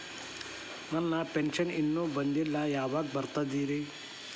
ನನ್ನ ಪೆನ್ಶನ್ ಇನ್ನೂ ಬಂದಿಲ್ಲ ಯಾವಾಗ ಬರ್ತದ್ರಿ?